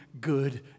good